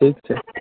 ठीक छै